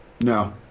no